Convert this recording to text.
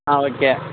ஆ okay